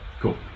Cool